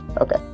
Okay